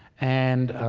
and